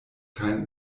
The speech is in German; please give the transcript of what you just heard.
kein